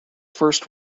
first